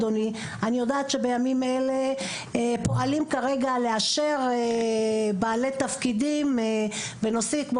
אני יודעת שבימים אלה פועלים לאשר בעלי תפקידים כמו